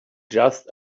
just